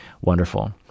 wonderful